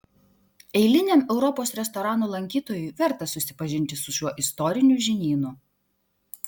eiliniam europos restoranų lankytojui verta susipažinti su šiuo istoriniu žinynu